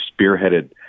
spearheaded